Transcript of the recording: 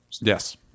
Yes